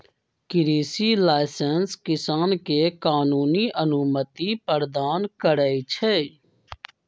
कृषि लाइसेंस किसान के कानूनी अनुमति प्रदान करै छै